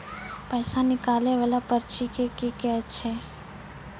पैसा निकाले वाला पर्ची के की कहै छै?